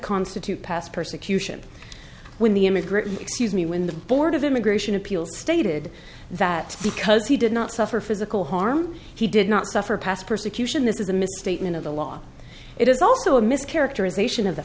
constitute past persecution when the immigrant excuse me when the board of immigration appeals stated that because he did not suffer physical harm he did not suffer past persecution this is a misstatement of the law it is also a mischaracterization of the